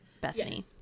Bethany